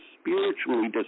spiritually